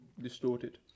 distorted